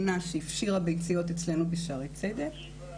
כמו שגם היום היא עשוה מי שכבר עשתה שימור פריון בעבר,